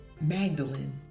Magdalene